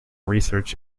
research